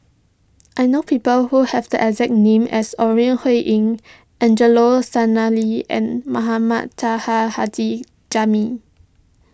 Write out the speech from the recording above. I know people who have the exact name as Ore Huiying Angelo Sanelli and Mohamed Taha Haji Jamil